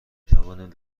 توانید